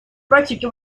практики